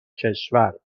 کشور